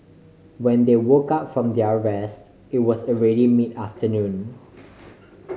when they woke up from their rest it was already mid afternoon